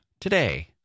today